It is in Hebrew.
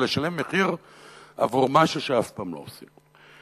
לשלם מחיר עבור משהו שאף פעם לא עושים.